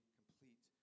complete